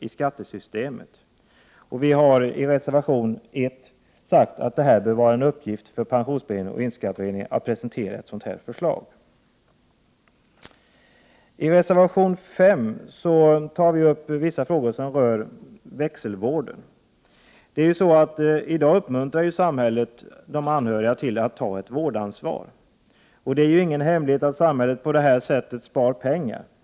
Centerpartiet har i reservation 1 framfört att det bör vara en uppgift för pensionsberedningen och inkomstskatteutredningen att presentera ett sådant förslag. I reservation 5 tar centerpartiet upp vissa frågor som rör växelvården. I dag uppmuntrar samhället de anhöriga att ta ett vårdansvar. Det är ju ingen hemlighet att samhället på det sättet spar pengar.